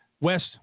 West